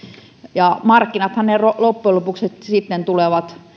ja markkinathan ne loppujen lopuksi sitten tulevat